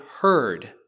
heard